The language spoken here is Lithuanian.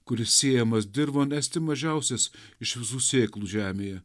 kuris sėjamas dirvon esti mažiausias iš visų sėklų žemėje